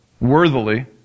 worthily